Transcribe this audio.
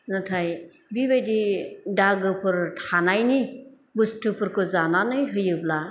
नाथाय बिबायदि दागोफोर थानायनि बुस्थुफोरखौ जानानै होयोब्ला